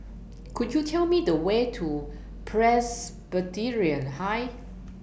Could YOU Tell Me The Way to Presbyterian High